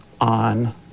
on